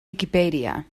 wikipedia